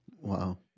Wow